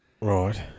Right